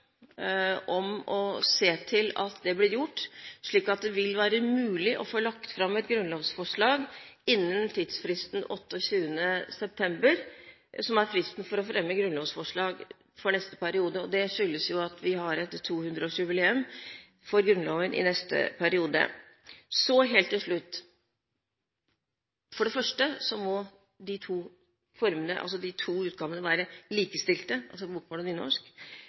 om å se til at det blir gjort, slik at det vil være mulig å få lagt fram et grunnlovsforslag innen tidsfristen 28. september, som er fristen for å fremme grunnlovsforslag for neste periode. Det skyldes jo at vi har et 200-årsjubileum for Grunnloven i neste periode. Så helt til slutt: For det første må de to utgavene være likestilt, altså